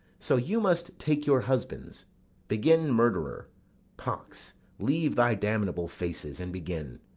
so you must take your husbands begin, murderer pox, leave thy damnable faces, and begin.